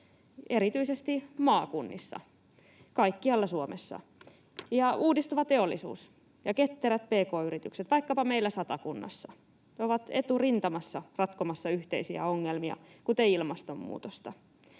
erityisesti maakunnissa kaikkialla Suomessa. Ja uudistuva teollisuus ja ketterät pk-yritykset vaikkapa meillä Satakunnassa ovat eturintamassa ratkomassa yhteisiä ongelmia, kuten ilmastonmuutosta.